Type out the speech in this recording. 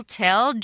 tell